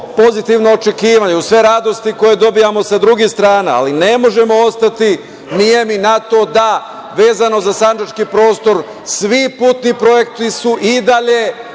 pozitivno očekivanje, uz sve radosti koje dobijamo sa druge strane, ali ne možemo ostati nemi na to da, vezano za sandžački prostor, svi putni projekti su i dalje